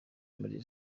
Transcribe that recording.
muri